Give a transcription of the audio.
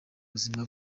buzima